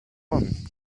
one